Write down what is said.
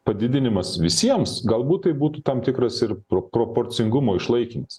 padidinimas visiems galbūt tai būtų tam tikras ir pro proporcingumo išlaikymas